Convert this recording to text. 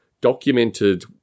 documented